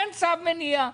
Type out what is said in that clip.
אין צו מניעה.